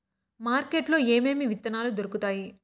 market లో ఏమేమి విత్తనాలు దొరుకుతాయి